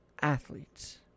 Athletes